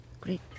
great